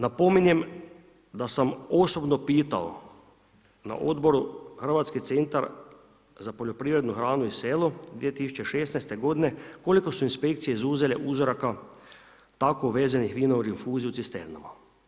Napominjem da sam osobno pitao na odboru hrvatski centar za poljoprivrednu hranu i selo 2016. godine koliko su inspekcije izuzele uzoraka tako vezanih vina u rinfuziju cisternama.